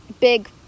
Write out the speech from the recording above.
big